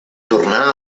tornà